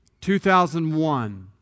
2001